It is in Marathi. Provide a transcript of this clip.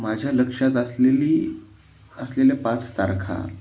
माझ्या लक्षात असलेली असलेल्या पाच तारखा